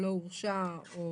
לא הורשה או